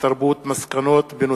התרבות והספורט בעקבות דיונים מהירים